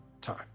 time